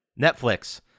Netflix